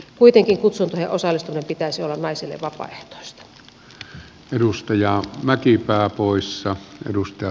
kuitenkin kutsuntoihin osallistumisen pitäisi olla naisille vapaaehtoista